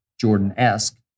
Jordan-esque